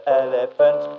elephant